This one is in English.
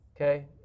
Okay